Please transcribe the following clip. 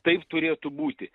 taip turėtų būti